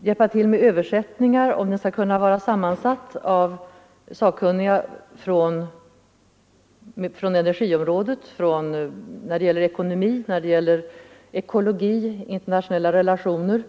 hjälpa till med översättningar, om den skall kunna vara sammansatt av sakkunniga när det gäller energi, när det gäller ekonomi, när det gäller ekologi och när det gäller internationella relationer.